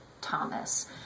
thomas